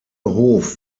hof